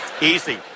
Easy